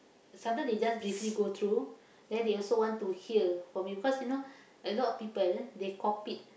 some time they just briefly go through then they also want to hear from you because you know a lot of people they copied